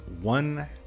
one